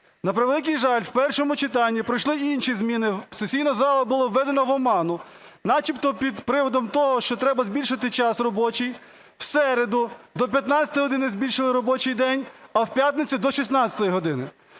На превеликий жаль, у першому читанні пройшли інші зміни. Сесійна зала була введена в оману. Начебто під привидом того, що треба збільшити час робочий, у середу – до 15 години збільшили робочий день, а в п'ятницю до 16 години,